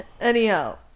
anyhow